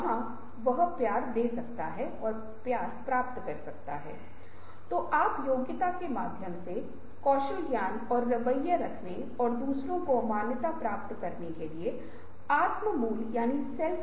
इसलिए जब आप रचनात्मकता को बनाए रखना चाहते हैं तो हमें डर को दूर करना होगा विश्वास और विचारों को बेहतर संचार के माध्यम से साझा करना प्रोत्साहित करना होगा